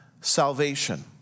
salvation